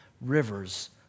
rivers